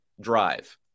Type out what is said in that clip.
drive